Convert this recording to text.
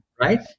right